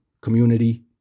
community